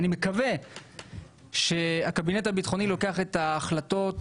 ומקווה שהקבינט הביטחוני מקבל החלטות